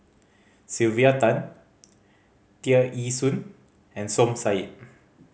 Sylvia Tan Tear Ee Soon and Som Said